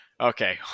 Okay